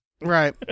right